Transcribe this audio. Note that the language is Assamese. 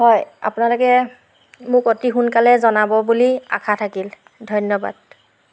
হয় আপোনালোকে মোক অতি সোনকালে জনাব বুলি আশা থাকিল ধন্যবাদ